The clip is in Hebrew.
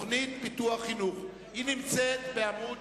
לכל המבקש להסתכל עליה, היא נמצאת בעמוד